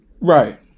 right